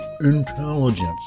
intelligence